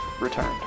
returned